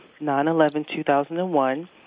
9-11-2001